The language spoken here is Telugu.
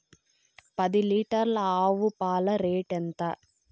పది లీటర్ల ఆవు పాల రేటు ఎంత?